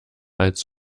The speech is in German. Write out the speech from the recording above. als